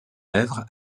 œuvre